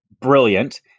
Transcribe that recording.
brilliant